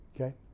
okay